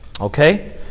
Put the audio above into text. okay